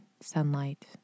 sunlight